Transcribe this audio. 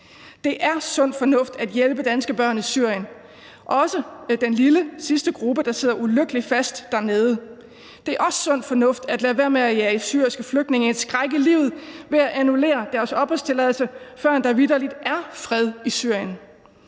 Det er sund fornuft at hjælpe danske børn i Syrien, også den lille sidste gruppe, der sidder ulykkeligt fast dernede. Det er også sund fornuft at lade være med at jage syriske flygtninge en skræk i livet ved at annullere deres opholdstilladelse, før der vitterlig er fred i Syrien.